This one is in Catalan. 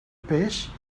peix